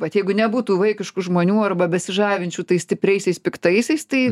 vat jeigu nebūtų vaikiškų žmonių arba besižavinčių tais stipriaisiais piktaisiais tai